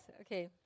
Okay